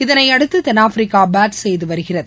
இதனையடுத்துதென்னாப்பிரிக்காபேட் செய்துவருகிறது